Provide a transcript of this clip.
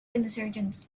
insurgents